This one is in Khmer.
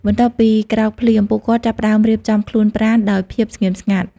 បន្ទាប់ពីក្រោកភ្លាម ពួកគាត់ចាប់ផ្តើមរៀបចំខ្លួនប្រាណដោយភាពស្ងៀមស្ងាត់។